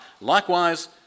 Likewise